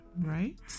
Right